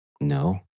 No